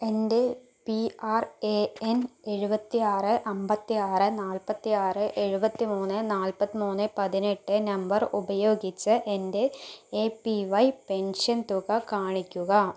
എൻ്റെ P R A N എഴുപത്തി ആറ് അമ്പത്തി ആറ് നാൽപ്പത്തി ആറ് എഴുപത്തി മൂന്ന് നാൽപ്പത്തി മൂന്ന് പതിനെട്ട് നമ്പർ ഉപയോഗിച്ച് എൻ്റെ എ പി വൈ പെൻഷൻ തുക കാണിക്കുക